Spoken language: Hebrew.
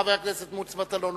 חבר הכנסת מוץ מטלון,